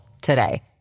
today